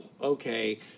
Okay